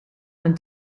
mijn